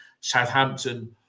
Southampton